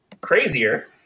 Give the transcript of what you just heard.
crazier